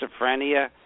schizophrenia